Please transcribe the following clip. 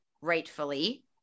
rightfully